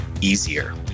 easier